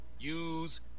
Use